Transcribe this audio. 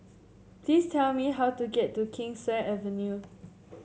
please tell me how to get to Kingswear Avenue